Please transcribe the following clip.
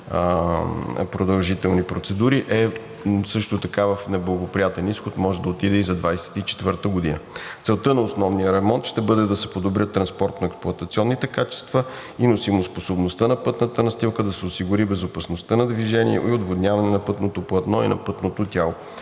продължителни процедури, което също е неблагоприятен изход, може да отиде за 2024 г. Целта на основния ремонт ще бъде да се подобрят транспортно-експлоатационните качества и носимоспособността на пътната настилка, да се осигури безопасността на движение и отводняване на пътното платно и на пътното тяло.